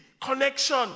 connection